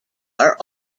are